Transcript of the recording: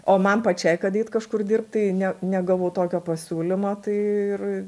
o man pačiai kad eit kažkur dirbt tai ne negavau tokio pasiūlymo tai ir